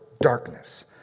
darkness